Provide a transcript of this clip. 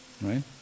Right